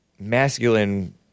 masculine